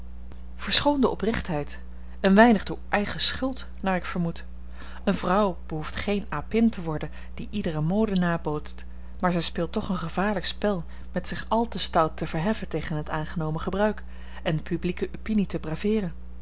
verschoon de oprechtheid een weinig door eigen schuld naar ik vermoed eene vrouw behoeft geene apin te worden die iedere mode nabootst maar zij speelt toch een gevaarlijk spel met zich al te stout te verheffen tegen het aangenomen gebruik en de publieke opinie te